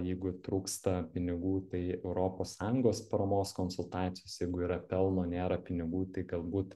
jeigu trūksta pinigų tai europos sąjungos paramos konsultacijos jeigu yra pelno nėra pinigų tai galbūt